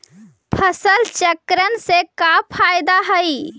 फसल चक्रण से का फ़ायदा हई?